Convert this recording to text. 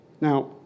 now